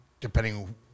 depending